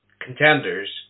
contenders